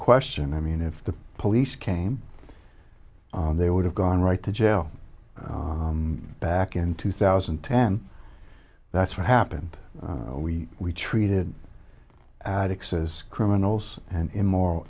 question i mean if the police came they would have gone right to jail back in two thousand and ten that's what happened we we treated addicts as criminals and immoral